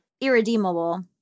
irredeemable